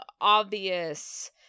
obvious